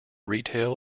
retail